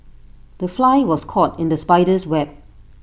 the fly was caught in the spider's web